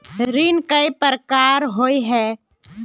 ऋण कई प्रकार होए है?